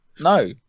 No